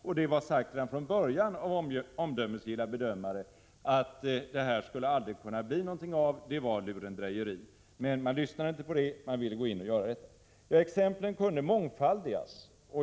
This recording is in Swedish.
Omdömesgilla bedömare sade från början att det här aldrig skulle bli någonting, det var lurendrejeri. Men det lyssnade man inte på, utan man ville gå in med kapital. Exemplen kunde mångfaldigas.